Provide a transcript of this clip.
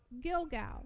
Gilgal